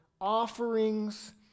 offerings